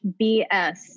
BS